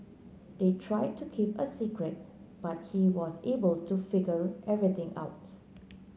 they try to keep a secret but he was able to figure everything out